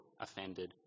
offended